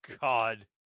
God